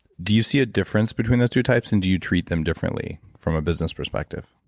do you see a difference between the two types? and do you treat them differently from a business perspective?